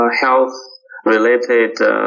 health-related